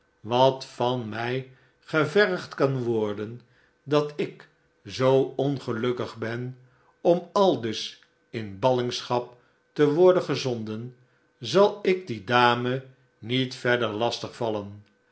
wat van mij gevergd kan worden dat ik zoo ongelukkig ben om aldus in ballingschap te worden gezonden zal ik die dame niet verder lastig vallen